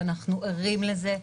ואנחנו ערים לזה,